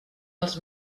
els